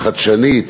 החדשנית,